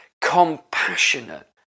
compassionate